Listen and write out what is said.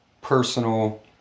personal